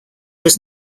was